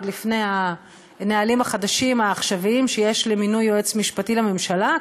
עוד לפני הנהלים החדשים העכשוויים שיש למינוי יועץ משפטי לממשלה.